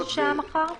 באיזו שעה מחר?